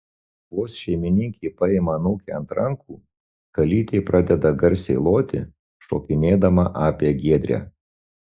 vos šeimininkė paima anūkę ant rankų kalytė pradeda garsiai loti šokinėdama apie giedrę